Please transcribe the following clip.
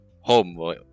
home